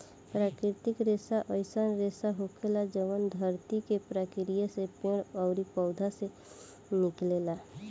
प्राकृतिक रेसा अईसन रेसा होखेला जवन धरती के प्रक्रिया से पेड़ ओरी पौधा से निकलेला